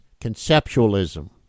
conceptualism